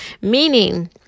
Meaning